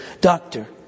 Doctor